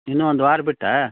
ಇನ್ನೂ ಒಂದು ವಾರ ಬಿಟ್ಟಾ